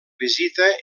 visita